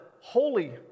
holy